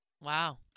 Wow